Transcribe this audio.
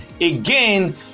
again